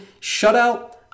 shutout